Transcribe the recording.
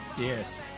Yes